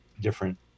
different